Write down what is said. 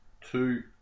two